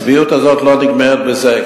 הצביעות הזאת לא נגמרת בזה.